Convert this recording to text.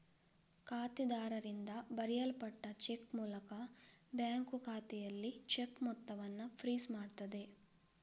ಖಾತೆದಾರರಿಂದ ಬರೆಯಲ್ಪಟ್ಟ ಚೆಕ್ ಮೂಲಕ ಬ್ಯಾಂಕು ಖಾತೆಯಲ್ಲಿ ಚೆಕ್ ಮೊತ್ತವನ್ನ ಫ್ರೀಜ್ ಮಾಡ್ತದೆ